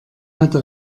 hatte